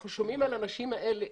אנחנו שומעים על הנשים האלה,